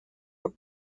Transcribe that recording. were